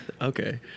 Okay